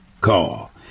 Call